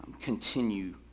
continue